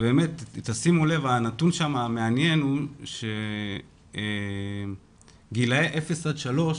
שימו לב שהנתון המעניין בו הוא שגילי אפס עד שלוש,